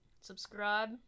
Subscribe